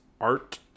art